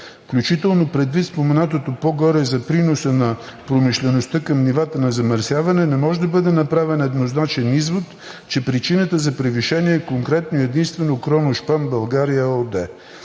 Включително предвид споменатото по-горе за приноса на промишлеността към нивата на замърсяване, не може да бъде направен еднозначен извод, че причината за превишение е конкретно и единствено „Кроношпан България“ ЕООД.